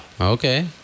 Okay